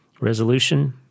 resolution